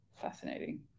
Fascinating